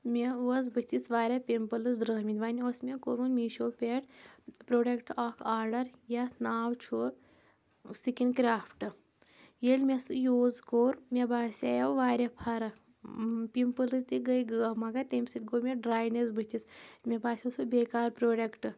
مےٚ اوس بٕتھِس واریاہ پِمپلٕز درٛٲمٕتۍ وۄنۍ اوس مےٚ کوٚرمُت میٖشو پؠٹھ پروڈکٹ اکھ آرڈَر یَتھ ناو چھُ سِکِن کرٛافٹ ییٚلہِ مےٚ سُہ یوٗز کوٚر مےٚ باسیو واریاہ فرق پِمپٕلز تہِ گٔے غٲب مَگر تمہِ سۭتۍ گوٚو مےٚ ڈراینؠس بٕتھِس مےٚ باسیٚو سُہ بیکار پرٛوڈَکٹ